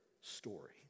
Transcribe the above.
story